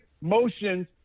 motions